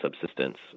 subsistence